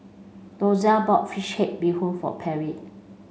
Dozier bought fish head Bee Hoon for Perri